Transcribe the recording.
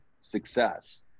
success